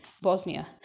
Bosnia